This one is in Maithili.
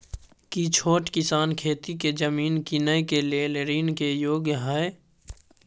की छोट किसान खेती के जमीन कीनय के लेल ऋण के योग्य हय?